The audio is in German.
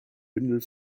bündel